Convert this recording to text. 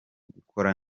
gukora